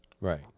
Right